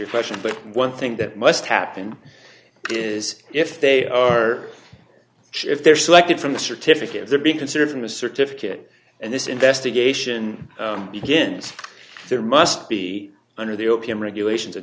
stranger question but one thing that must happen is if they are if they're selected from the certificate they're being considered from a certificate and this investigation begins there must be under the opium regulations